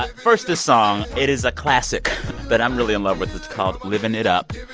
ah first this song. it is a classic that i'm really in love with that's called, livin' it up.